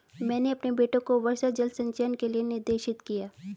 मैंने अपने बेटे को वर्षा जल संचयन के लिए निर्देशित किया